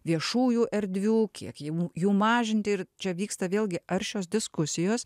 viešųjų erdvių kiek jiem jų mažinti ir čia vyksta vėlgi aršios diskusijos